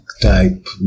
type